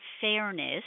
fairness